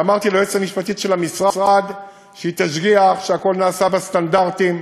ואמרתי ליועצת המשפטית של המשרד שתשגיח שהכול נעשה בסטנדרטים,